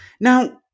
Now